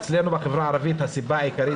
אצלנו בחברה הערבית הסיבה העיקרית,